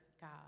God